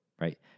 Right